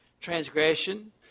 transgression